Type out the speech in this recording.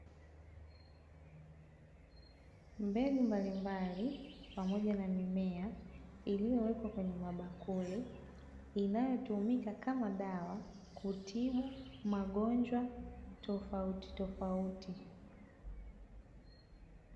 Mbegu mbalimbali pamoja na mimea, iliyowekwa kwenye mabakuli inayotumika kama dawa, kutibu magonjwa tofautitofauti.